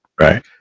Right